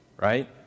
right